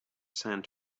sand